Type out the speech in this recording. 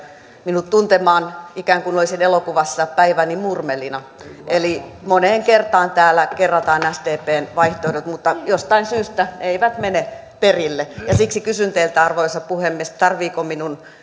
minut tuntemaan ikään kuin olisin elokuvassa päiväni murmelina moneen kertaan täällä kerrataan sdpn vaihtoehdot mutta jostain syystä eivät mene perille siksi kysyn teiltä arvoisa puhemies tarvitseeko minun